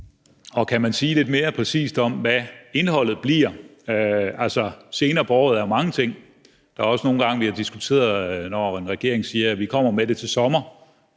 og kan man sige lidt mere præcist om, hvad indholdet bliver? Altså, senere på året er jo mange ting. Der er også nogle gange, vi har diskuteret, når en regering siger, at de kommer med noget til sommer,